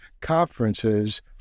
conferences